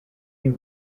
you